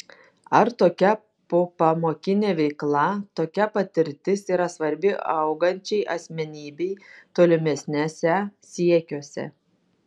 ar tokia popamokinė veikla tokia patirtis yra svarbi augančiai asmenybei tolimesniuose siekiuose